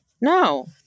no